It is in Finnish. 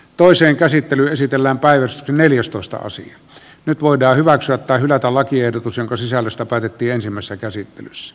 toisen käsittely esitellään päiväys neljästoista osin nyt voidaan hyväksyä tai hylätä lakiehdotus jonka sisällöstä päätettiinsimmässä käsittelyssä